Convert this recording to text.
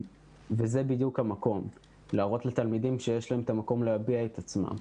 וזה בדיוק המקום להראות לתלמידים שיש להם את המקום להביע את עצמם,